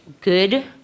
good